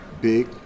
Big